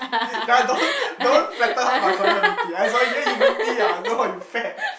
ya don't don't flatter her by calling her meaty asshole ya you meaty ah no you fat